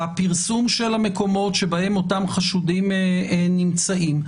הפרסום של המקומות שבהם אותם חשודים נמצאים,